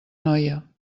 noia